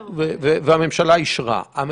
השקעתם מחשבה רבה בהסדר הזה,